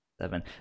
seven